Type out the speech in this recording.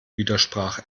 widersprach